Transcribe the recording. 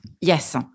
Yes